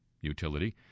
utility